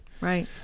Right